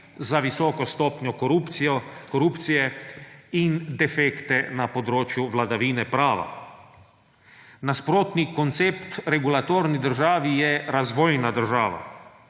za visoko stopnjo korupcije in defekte na področju vladavine prava. Nasprotni koncept regulatorni državi je razvojna država.